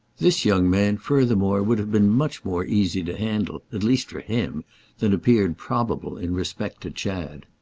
this young man furthermore would have been much more easy to handle at least for him than appeared probable in respect to chad.